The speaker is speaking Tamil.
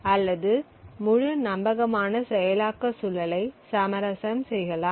அல்லது முழு நம்பகமான செயலாக்க சூழலை சமரசம் செய்யலாம்